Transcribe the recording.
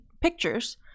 pictures